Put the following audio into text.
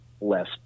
less